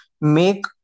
make